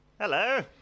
Hello